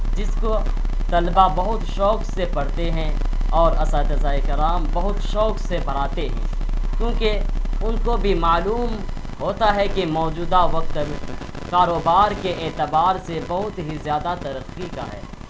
جس کو طلباء بہت شوق سے پڑھتے ہیں اور اساتذہ کرام بہت شوق سے پڑھاتے ہیں کیوںکہ ان کو بھی معلوم ہوتا ہے کہ موجودہ وقت کاروبار کے اعتبار سے بہت ہی زیادہ ترقی کا ہے